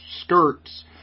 skirts